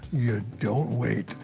you don't wait.